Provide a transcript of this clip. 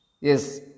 Yes